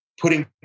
putting